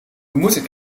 moeten